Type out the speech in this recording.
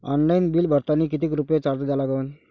Online bill भरतानी कितीक रुपये चार्ज द्या लागन?